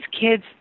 kids